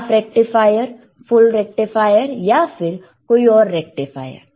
half rectifier full rectifier या फिर कोई और रेक्टिफायर